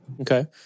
Okay